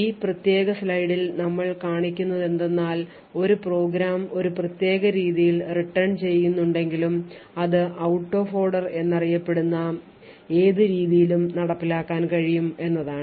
ഈ പ്രത്യേക സ്ലൈഡിൽ നമ്മൾ കാണുന്നതെന്തെന്നാൽ ഒരു പ്രോഗ്രാം ഒരു പ്രത്യേക രീതിയിൽ return ചെയ്യുന്നുണ്ടെങ്കിലും അത് out of order എന്ന് അറിയപ്പെടുന്ന ഏത് രീതിയിലും നടപ്പിലാക്കാൻ കഴിയും എന്നതാണ്